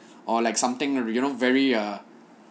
or like something you know very uh